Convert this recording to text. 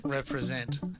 represent